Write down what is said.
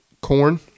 corn